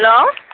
hello